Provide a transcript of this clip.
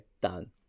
Done